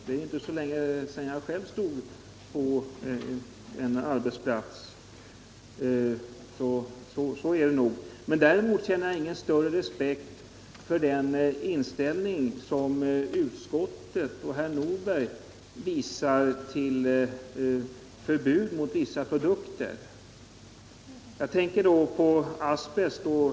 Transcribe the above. Det är inte så länge sedan jag själv stod på en arbetsplats av det slaget. Däremot känner jag ingen större respekt för den inställning utskottet och herr Nordberg visar till förbud mot vissa produkter. Jag tänker då på asbest.